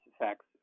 effects